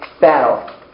battle